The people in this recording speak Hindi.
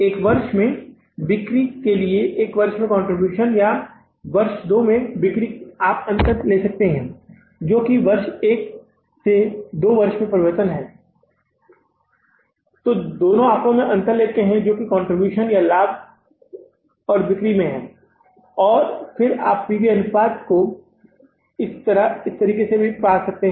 एक वर्ष में बिक्री के लिए एक वर्ष में कंट्रीब्यूशन या वर्ष दो में बिक्री आप अंतर ले सकते हैं जो कि वर्ष एक से दो वर्ष में परिवर्तन है आप दोनों आंकड़ों में अंतर लेते हैं जो कंट्रीब्यूशन या लाभ और बिक्री में है और फिर आप पीवी अनुपात को इस तरह या इस तरीके से भी पा सकते हैं